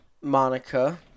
Monica